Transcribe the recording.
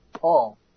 Paul